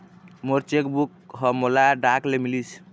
मोर cheque book ह मोला डाक ले मिलिस